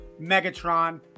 Megatron